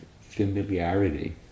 familiarity